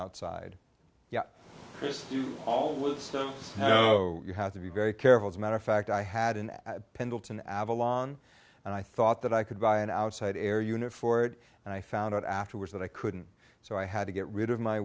outside yeah there's almost no you have to be very careful as a matter of fact i had an pendleton avalon and i thought that i could buy an outside air unit for it and i found out afterwards that i couldn't so i had to get rid of my